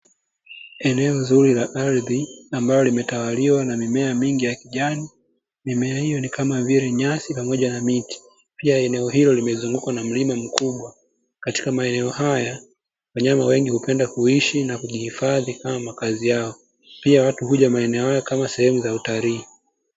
Eneo zuri la ardhi ambalo limetawaliwa na mimea mingi ya kijani, mimea hiyo ni kama vile nyasi pamoja na miti, pia eneo hilo limezungukwa na mlima mkubwa, katika maeneo haya wanyama wengi hupenda kuishi na kujihifadhi kama makazi yao, pia watu huja maeneo haya kama sehemu za utalii.